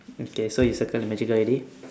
okay so you circle the magical already